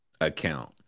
account